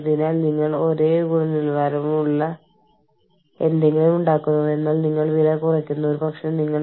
അതിനാൽ നഷ്ടപരിഹാരവും ആനുകൂല്യങ്ങളും നിങ്ങൾ എങ്ങനെ ഫോർമാറ്റ് ചെയ്യുന്നു നിങ്ങൾ അവ എങ്ങനെ കോഡ് ചെയ്യുന്നു മുതലായവ